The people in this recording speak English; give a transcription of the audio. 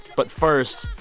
but first,